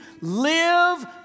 live